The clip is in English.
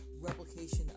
replication